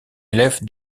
élève